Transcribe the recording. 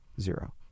Zero